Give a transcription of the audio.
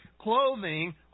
clothing